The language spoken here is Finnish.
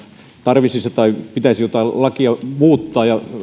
tarvitsisi tai pitäisi jotain lakia muuttaa